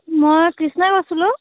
মই কৃষ্ণাই কৈছিলোঁ